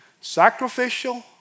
sacrificial